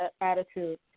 attitude